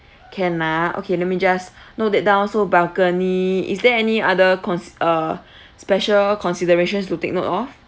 can ah okay let me just note that down so balcony is there any other cons~ uh special considerations to take note of